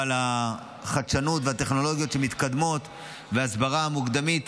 אבל בזכות החדשנות והטכנולוגיות שמתקדמות וההסברה המקדמית,